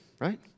right